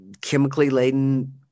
chemically-laden